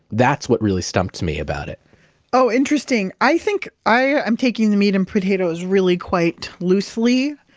that's what really stumped me about it oh, interesting. i think i'm taking the meat and potatoes really quite loosely.